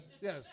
Yes